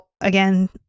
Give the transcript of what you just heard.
again